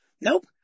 Nope